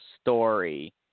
story